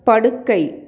படுக்கை